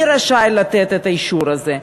מי רשאי לתת את האישור הזה?